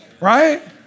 Right